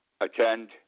attend